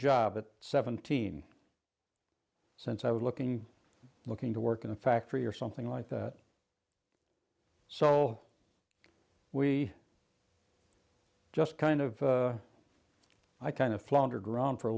job at seventeen since i was looking looking to work in a factory or something like that so we just kind of i kind of floundered around for a